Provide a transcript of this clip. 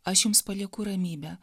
aš jums palieku ramybę